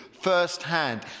firsthand